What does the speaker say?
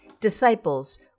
disciples